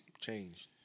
changed